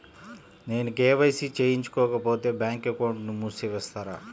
నేను కే.వై.సి చేయించుకోకపోతే బ్యాంక్ అకౌంట్ను మూసివేస్తారా?